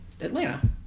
atlanta